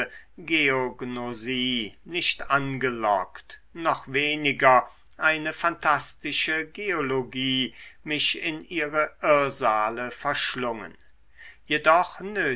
geognosie nicht angelockt noch weniger eine phantastische geologie mich in ihre irrsale verschlungen jedoch